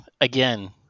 again